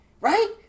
right